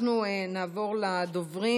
אנחנו נעבור לדוברים.